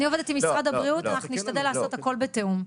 אני עובדת עם משרד הבריאות ואנחנו נשתדל לעשות הכל בתיאום.